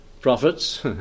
prophets